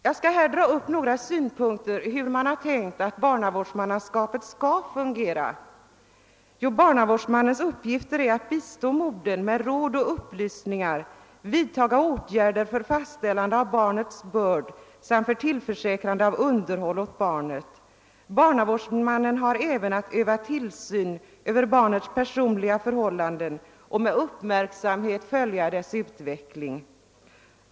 Jag skall ta upp några synpunkter på hur man från början har tänkt att barnavårdsmannaskapet skall fungera. Barnavårdsmannens uppgifter är att bistå modern med råd och upplysningar, vidtaga åtgärder för fastställandet av barnets börd samt för tillförsäkrande av underhåll åt barnet. Barnavårdsmannen har även att utöva tillsyn över barnets personliga förhållanden och att med uppmärksamhet följa dess utveckling.